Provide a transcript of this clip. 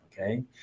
okay